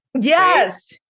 yes